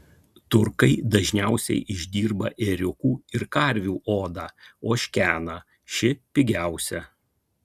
turkai dažniausiai išdirba ėriukų ir karvių odą ožkeną ši pigiausia